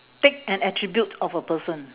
take an attribute of a person